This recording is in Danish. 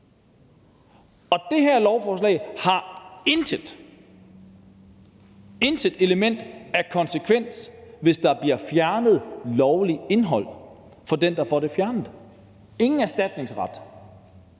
Det her lovforslag har intet element af rettigheder, hvis der bliver fjernet lovligt indhold, for den, der får det fjernet. Vedkommende har ingen